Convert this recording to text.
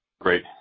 Great